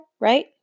right